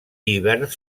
hiverns